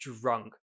drunk